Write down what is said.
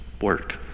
work